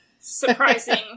surprising